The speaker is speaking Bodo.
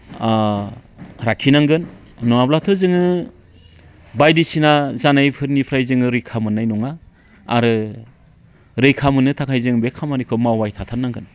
लाखिनांगोन नङाब्लाथ' जोङो बायदिसिना जानायफोरनिफ्राय जोङो रैखा मोननाय नङा आरो रैखा मोननो थाखाय जों बे खामानिखौ मावबाय थाथारनांगोन